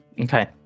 Okay